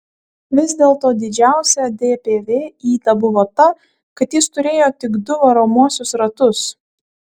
vis dėl to didžiausia dpv yda buvo ta kad jis turėjo tik du varomuosius ratus